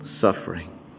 suffering